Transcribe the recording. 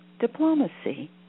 diplomacy